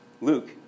Luke